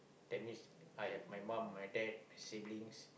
that means I have my mum my dad siblings